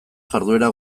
jarduera